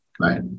Right